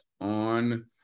on